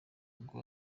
ubwo